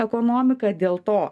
ekonomiką dėl to